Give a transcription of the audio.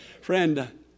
Friend